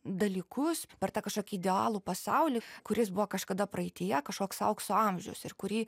dalykus per tą kažkokį idealų pasaulį kuris buvo kažkada praeityje kažkoks aukso amžius ir kurį